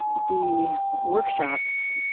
the workshops